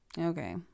okay